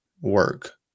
work